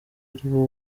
aribo